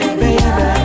baby